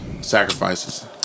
Sacrifices